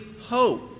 hope